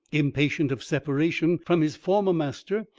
impatient of separation from his former master,